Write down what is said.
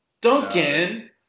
Duncan